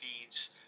feeds